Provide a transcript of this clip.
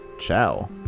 Ciao